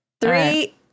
Three